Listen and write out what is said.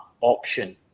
option